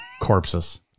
corpses